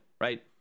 right